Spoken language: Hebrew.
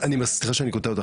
סליחה שאני קוטע אותך,